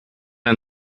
ein